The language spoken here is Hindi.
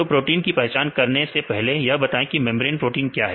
तो प्रोटीन की पहचान करने से पहले यह बताएं की मेंब्रेन प्रोटीन क्या है